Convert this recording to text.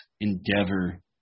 endeavor